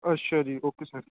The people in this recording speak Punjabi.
ਅੱਛਾ ਜੀ ਓਕੇ ਸਰ